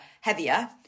heavier